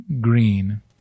green